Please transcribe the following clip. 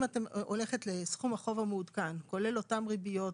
אם את הולכת לסכום החוב המעודכן כולל אותן ריביות,